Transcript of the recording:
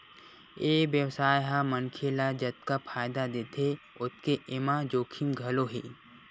ए बेवसाय ह मनखे ल जतका फायदा देथे ओतके एमा जोखिम घलो हे